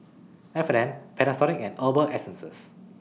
F and N Panasonic and Herbal Essences